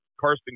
Carson